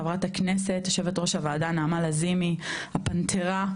חברת הכנסת יושבת-ראש הוועדה נעמה לזימי הפנתרה,